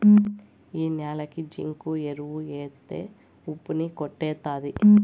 ఈ న్యాలకి జింకు ఎరువు ఎత్తే ఉప్పు ని కొట్టేత్తది